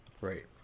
Right